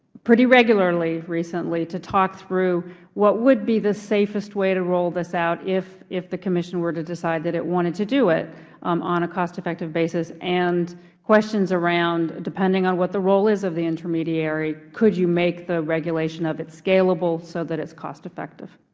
pretty regularly recently to talk through what would be the safest way to roll this out if if the commission were to decide that it wanted to do it um on a costeffective basis, and questions around depending on what the role is of the intermediary, could you make the regulation of it scalable so that it's cost effective?